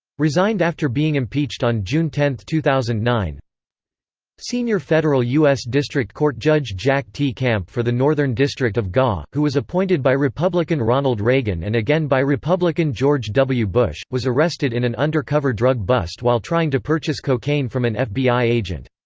resigned after being impeached on june ten, two thousand and nine senior federal u s. district court judge jack t. camp for the northern district of ga, who was appointed by republican ronald reagan and again by republican george w. bush, was arrested in an undercover drug bust while trying to purchase cocaine from an fbi agent.